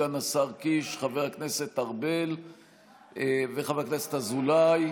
סגן השר קיש, חבר הכנסת ארבל וחבר הכנסת אזולאי,